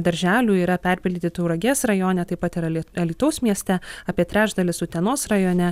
darželių yra perpildyti tauragės rajone tai pat ir aly alytaus mieste apie trečdalis utenos rajone